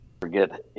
forget